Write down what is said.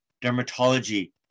dermatology